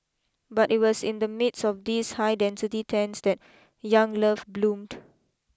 but it was in the midst of these high density tents that young love bloomed